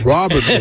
Robert